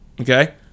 okay